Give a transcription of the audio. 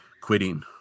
Quitting